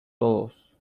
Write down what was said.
todos